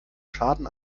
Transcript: schaden